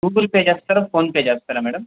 Google Pay చేస్తారా PhonePe చేస్తారా madam